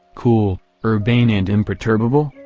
cool, urbane and imperturbable,